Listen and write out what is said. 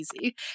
easy